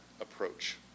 approach